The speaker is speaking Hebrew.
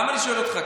למה אני שואל אותך?